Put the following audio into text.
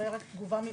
אולי תגובה?